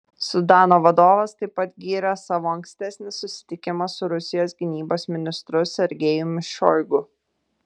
sudano vadovas taip pat gyrė savo ankstesnį susitikimą su rusijos gynybos ministru sergejumi šoigu